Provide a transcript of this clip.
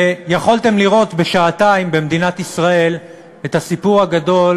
ויכולתם לראות בשעתיים את הסיפור הגדול